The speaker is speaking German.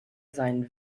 sein